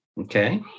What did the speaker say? Okay